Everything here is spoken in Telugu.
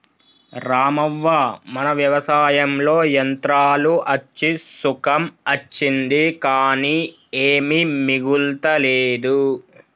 రామవ్వ మన వ్యవసాయంలో యంత్రాలు అచ్చి సుఖం అచ్చింది కానీ ఏమీ మిగులతలేదు